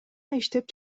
иштеп